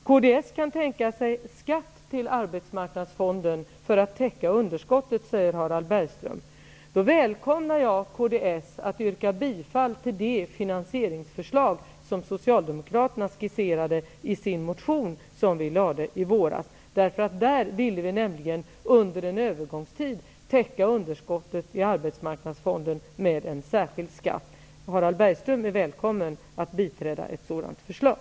Kds kan tänka sig skatt till arbetsmarknadsfonden för att täcka underskottet, säger Harald Bergström. Då välkomnar jag kds att yrka bifall till det finansieringsförslag som Socialdemokraterna skisserade i den motion vi väckte i våras. I den sade vi nämligen att underskottet i arbetsmarknadsfonden under en övergångstid borde täckas med en särskild skatt. Harald Bergström är välkommen att biträda ett sådant förslag.